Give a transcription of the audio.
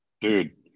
Dude